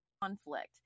conflict